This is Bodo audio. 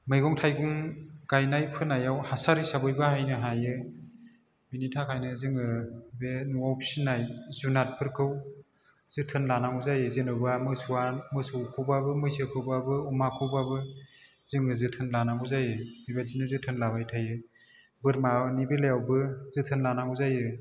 मैगं थाइगं गाइनाय फोनायाव हासार हिसाबै बाहायनो हायो बेनि थाखायनो जोङो बे न'वाव फिनाय जुनारफोरखौ जोथोन लानांगौ जायो जेन'बा मोसौवा मोसौखौबाबो मैसोखौबाबो अमाखौबाबो जोङो जोथोन लानांगौ जायो बेबायदिनो जोथोन लाबाय थायो बोरमानि बेलायावबो जोथोन लानांगौ जायो